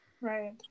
right